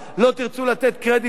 לא תרצו לתת קרדיט לקדימה?